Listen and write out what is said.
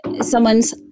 someone's